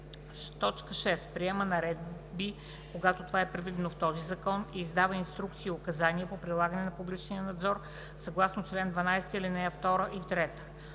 и 7: „6. приема наредби, когато това е предвидено в този закон, и издава инструкции и указания по прилагане на публичния надзор съгласно чл. 12, ал. 2 и 3; 7.